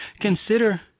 Consider